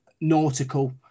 nautical